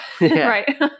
right